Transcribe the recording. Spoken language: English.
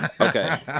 okay